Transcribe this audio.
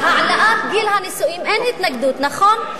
להעלאת גיל הנישואין אין התנגדות, נכון?